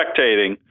spectating